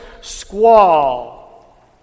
squall